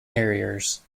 harriers